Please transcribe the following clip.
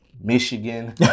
Michigan